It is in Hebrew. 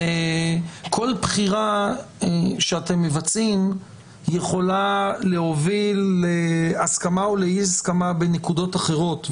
וכל בחירה שאתם מבצעים יכולה להוביל להסכמה או לאי-הסכמה בנקודות אחרות,